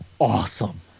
awesome